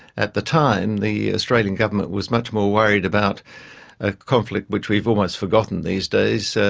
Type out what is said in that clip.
at the time the australian government was much more worried about a conflict which we've almost forgotten these days,